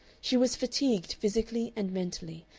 she was fatigued physically and mentally,